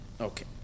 Okay